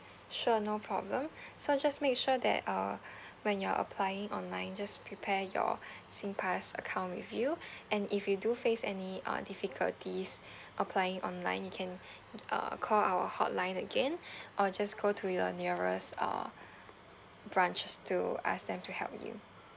sure no problem so just make sure that uh when you are applying online just prepare your SINGPASS account with you and if you do face any uh difficulties applying online you can uh call our hotline again or just go to your nearest uh branches to ask them to help you